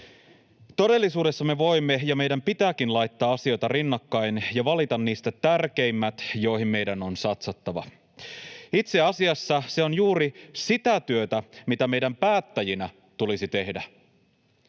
Todellisuudessa me voimme ja meidän pitääkin laittaa asioita rinnakkain ja valita niistä tärkeimmät, joihin meidän on satsattava. Itse asiassa se on juuri sitä työtä, mitä meidän päättäjinä tulisi tehdä.